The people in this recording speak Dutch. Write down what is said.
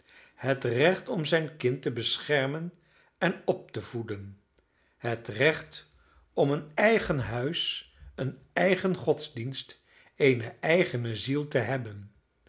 het recht om zijn kind te beschermen en op te voeden het recht om een eigen huis een eigen godsdienst eene eigene ziel te hebben